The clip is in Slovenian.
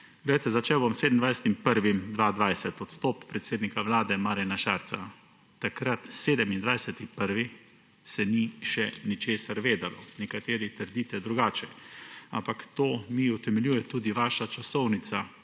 Začel bom s 27. 1. 2020, odstop predsednika Vlade Marjana Šarca. Takrat, 27. januarja, se ni še ničesar vedelo. Nekateri trdite drugače, ampak to mi utemeljuje tudi vaša časovnica,